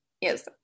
yes